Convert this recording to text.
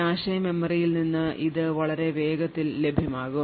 cache മെമ്മറിയിൽ നിന്ന് ഇത് വളരെ വേഗത്തിൽ ലഭ്യമാകും